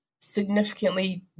significantly